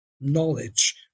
knowledge